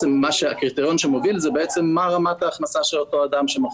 הקריטריון המוביל הוא מה רמת ההכנסה של אותו אדם.